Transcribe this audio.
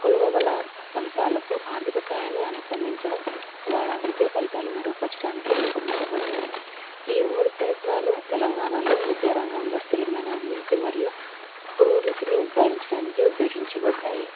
కొలవగల ఫలితాలను ఆర్థిక సహాయాన్ని అనుసంధానించడం ద్వారావిద్య ఫలితాలు మెరుగుపరచడానికి రూపొందించబడ్డాయి ఈ ఉమ్మడి ప్రయత్నాలు తెలంగాణలో విద్యాారంగంలో స్థిరమైన అభివృద్ధి మరియు పురోగతిని నిర్ధారించడానికి ఉద్దేశించబడ్డాయి